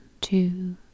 two